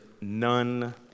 none